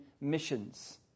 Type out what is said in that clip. missions